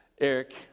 Eric